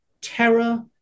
terror